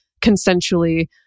consensually